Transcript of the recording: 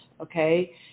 okay